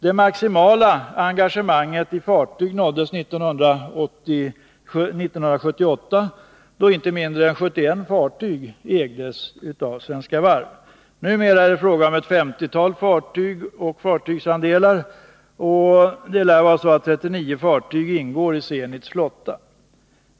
Det maximala fartygsengagemanget nåddes 1978, då enligt uppgift inte mindre än 71 fartyg ägdes av Svenska Varv. Numera är det fråga om ett femtiotal fartyg och fättygsandelar. 39 fartyg lär ingå i Zenits flotta.